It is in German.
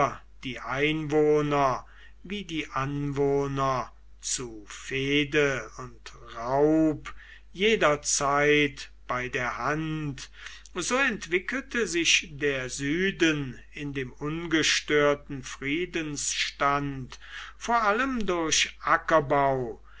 die einwohner wie die anwohner zu fehde und raub jederzeit bei der hand so entwickelte sich der süden in dem ungestörten friedensstand vor allem durch ackerbau